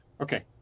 Okay